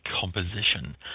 composition